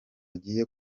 agiye